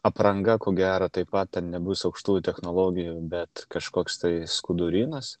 apranga ko gero taip pat ten nebus aukštųjų technologijų bet kažkoks tai skudurynas